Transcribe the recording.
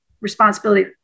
responsibility